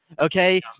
Okay